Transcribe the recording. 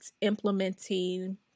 implementing